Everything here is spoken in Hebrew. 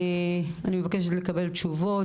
אני מבקשת לקבל תשובות.